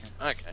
Okay